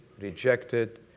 rejected